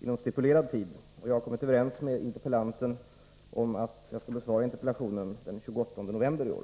inom stipulerad tid. Jag har kommit överens med interpellanten om att jag skall besvara interpellationen den 28 november i år.